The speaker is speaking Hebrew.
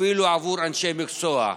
אפילו עבור אנשי מקצוע.